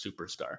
superstar